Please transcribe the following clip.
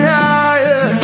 higher